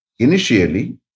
Initially